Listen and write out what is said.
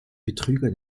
betrüger